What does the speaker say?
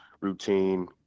routine